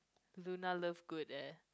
Luna-Lovegood leh